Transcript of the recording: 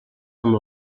amb